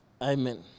amen